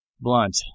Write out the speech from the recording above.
Blunt